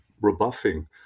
rebuffing